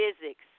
physics